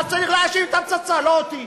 אז צריך להאשים את הפצצה, לא אותי.